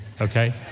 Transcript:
okay